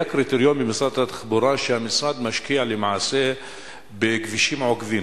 היה קריטריון במשרד התחבורה שהמשרד משקיע למעשה בכבישים עוקפים,